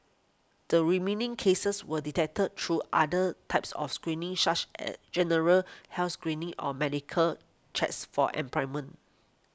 the remaining cases were detected through other types of screening such as general health screening or medical cheers for employment